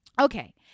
Okay